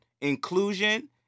inclusion